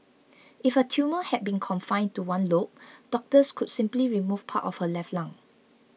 if her tumour had been confined to one lobe doctors could simply remove part of her left lung